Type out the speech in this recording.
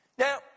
Now